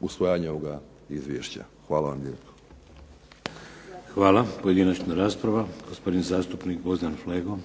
usvajanje ovoga izvješća. Hvala vam lijepo. **Šeks, Vladimir (HDZ)** Hvala. Pojedinačna rasprava. Gospodin zastupnik Gvozden Flego.